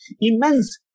immense